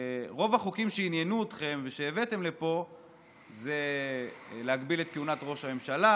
רוב החוקים שעניינו אתכם ושהבאתם לפה זה להגביל את כהונת ראש הממשלה,